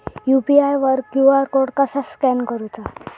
UPI वर QR code कसा scan करूचा?